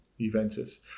Juventus